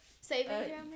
Saving